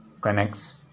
connects